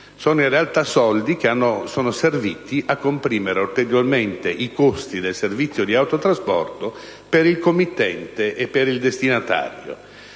Sono in realtà soldi che sono serviti a comprimere ulteriormente i costi del servizio di autotrasporto per il committente e il destinatario.